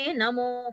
namo